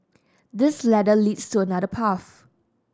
this ladder leads to another path